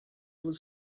was